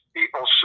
people